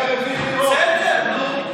בסדר.